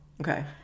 okay